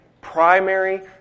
primary